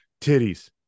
titties